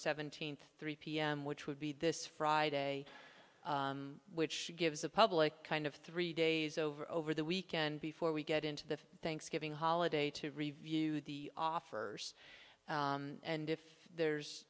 seventeenth three pm which would be this friday which gives a public kind of three days over over the weekend before we get into the thanksgiving holiday to review the offers and if there's